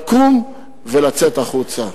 לקום ולצאת החוצה.